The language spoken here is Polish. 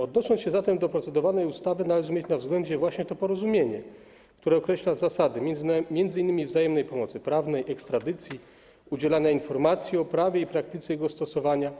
Odnosząc się zatem do procedowanej ustawy, należy mieć na względzie właśnie to porozumienie, które określa zasady m.in. wzajemnej pomocy prawnej, ekstradycji, udzielania informacji o prawie i praktyce jego stosowania